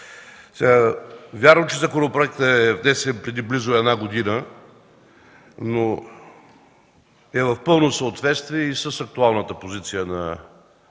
Вярно е, че законопроектът е внесен преди близо една година, но е в пълно съответствие и с актуалната позиция на